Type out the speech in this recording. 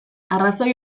arrazoi